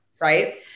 right